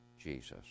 Jesus